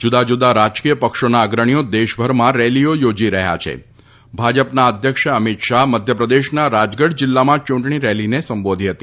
જુદા જુદા રાજકીય પક્ષોના અગ્રણીઓ દેશભરમાં રેલીઓ યોજી રહ્યા છે ભાજપના અધ્યક્ષ અમિત શાહ મધ્યપ્રદેશના રાજગઢ જિલ્લામાં ચૂંટણી રેલીને સંબોધી હતી